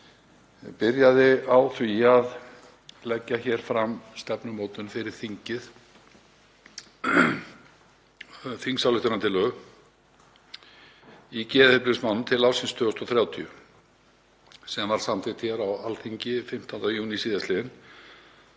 en ég byrjaði á því að leggja hér fram stefnumótun fyrir þingið, þingsályktunartillögu, í geðheilbrigðismálum til ársins 2030 sem var samþykkt hér á Alþingi 15. júní síðastliðinn.